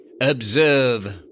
Observe